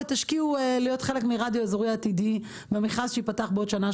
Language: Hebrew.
תשקיעו להיות חלק מרדיו אזורי עתידי במכרז שייפתח בעוד שנה,